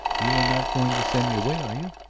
you are not going to send me away, are you?